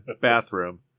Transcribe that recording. bathroom